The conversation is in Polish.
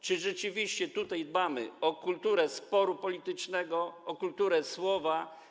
Czy rzeczywiście dbamy tutaj o kulturę sporu politycznego, o kulturę słowa?